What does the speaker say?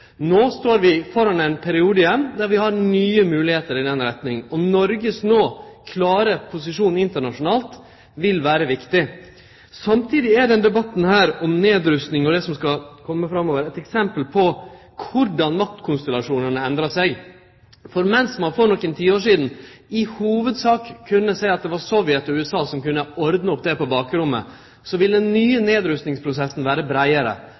står vi igjen framføre ein periode då vi har nye moglegheiter i den retninga. Og Noregs klåre posisjon no internasjonalt vil vere viktig. Samstundes er debatten her om nedrusting og det som skal kome framover, eit eksempel på korleis maktkonstellasjonane endrar seg. For medan ein for nokre tiår sidan i hovudsak kunne seie at det var Sovjetunionen og USA som kunne ha ordna opp på bakrommet, vil den nye nedrustingsprosessen vere breiare